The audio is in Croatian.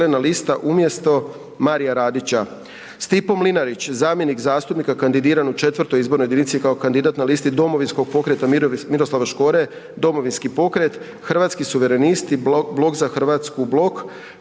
Hrvatski suverenisti, Blok za Hrvatsku, Blok